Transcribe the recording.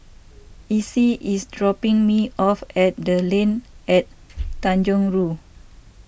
Isis is dropping me off at the Line At Tanjong Rhu